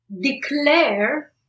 declare